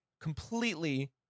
completely